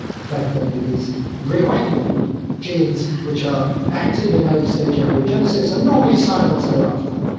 the fact that it is reawakening genes which are active in early-stage embryogenesis and normally silent thereafter.